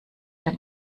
dem